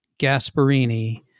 Gasparini